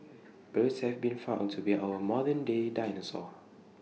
birds have been found to be our modern day dinosaurs